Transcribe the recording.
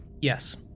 Yes